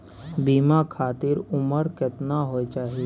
बीमा खातिर उमर केतना होय चाही?